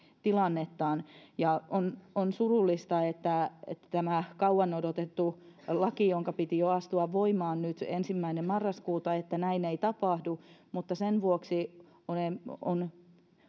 tilannetta on on surullista että että on kauan odotettu laki jonka piti astua voimaan jo nyt ensimmäinen marraskuuta ja että näin ei tapahdu mutta sen vuoksi